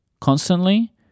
constantly